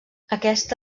aquesta